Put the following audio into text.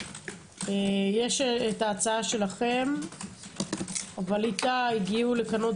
יש ההצעה שלכם אבל איתה הגיעו לכאן עוד